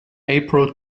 april